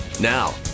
Now